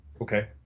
okay